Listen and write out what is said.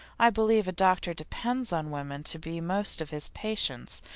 i believe a doctor depends on women to be most of his patients,